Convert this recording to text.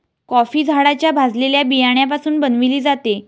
coffee झाडाच्या भाजलेल्या बियाण्यापासून बनविली जाते